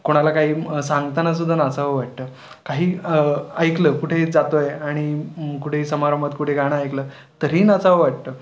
कोणाला काही सांगताना सुद्धा नाचावं वाटतं काही ऐकलं कुठेही जातो आहे आणि कुठे समारंभात कुठे गाणं ऐकलं तरीही नाचावं वाटतं